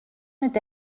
n’est